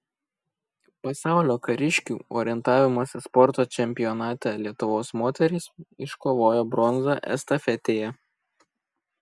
pasaulio kariškių orientavimosi sporto čempionate lietuvos moterys iškovojo bronzą estafetėje